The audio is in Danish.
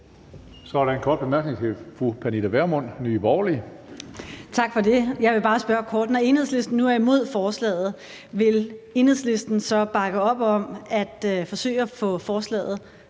Så er der en kort bemærkning til fru Pernille Vermund, Nye Borgerlige. Kl. 20:15 Pernille Vermund (NB): Tak for det. Jeg vil bare spørge kort: Når Enhedslisten nu er imod forslaget, vil Enhedslisten så bakke op om at forsøge at få loven